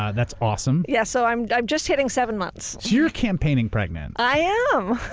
that's awesome. yeah, so i'm i'm just hitting seven months. so you're campaigning pregnant. i am.